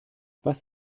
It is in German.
was